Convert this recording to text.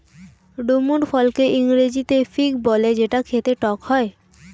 ডুমুর ফলকে ইংরেজিতে ফিগ বলে যেটা খেতে টক হয়